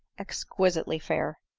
exquisitely fair.